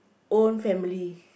own family